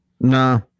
No